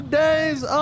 days